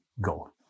go